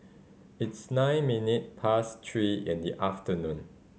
its nine minute past three in the afternoon